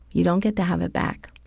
you don't get to have it back.